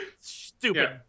Stupid